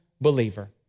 believer